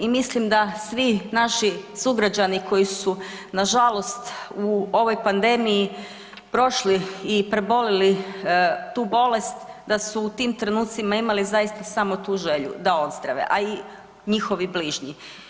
I mislim da svi naši sugrađani koji su nažalost u ovoj pandemiji prošli i prebolili tu bolest da su u tim trenucima imali zaista samo tu želju da ozdrave, a i njihovi bližnji.